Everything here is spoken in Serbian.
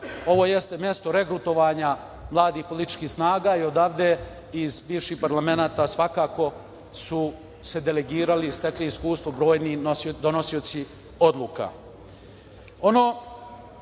ovo jeste mesto regrutovanja mladih političkih snaga i odavde iz bivših parlamenata svakako su se delegirali i stekli iskustvo brojni donosioci odluka. Druga